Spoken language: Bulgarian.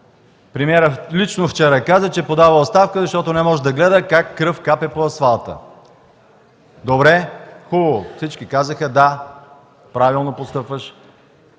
Премиерът лично вчера каза, че подава оставка, защото не може да гледа как кръв капе по асфалта. Добре, хубаво. Всички казаха: „Да, правилно постъпваш!”